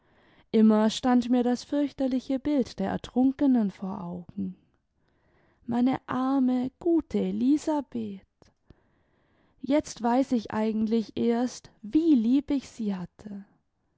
immer stand mir das fürchterliche bild der ertrunkenen vor augen meine arme gute elisabeth i jetzt weiß ich eigentlich erst wie lieh ich sie hatte